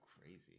crazy